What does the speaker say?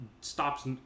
stops